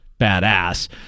badass